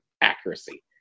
Accuracy